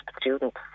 students